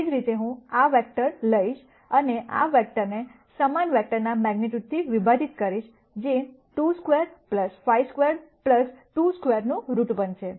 એ જ રીતે હું આ વેક્ટર લઈશ અને આ વેક્ટરને સમાન વેક્ટરના મેગ્નીટ્યૂડથી વિભાજીત કરીશ જે 2 સ્ક્વેર 5 સ્ક્વેર્ડ 2 સ્ક્વેરનું રુટ બનશે